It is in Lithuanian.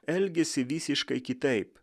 elgėsi visiškai kitaip